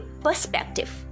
perspective